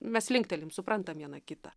mes linktelim suprantam viena kitą